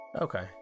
Okay